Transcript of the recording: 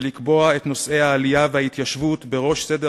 לקבוע את נושאי העלייה וההתיישבות בראש סדר